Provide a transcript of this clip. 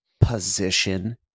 position